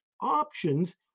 options